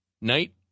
Night